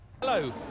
Hello